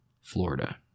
Florida